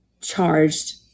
charged